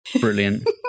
Brilliant